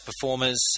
performers